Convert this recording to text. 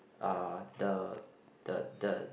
uh the the the